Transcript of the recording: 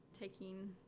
taking